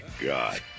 God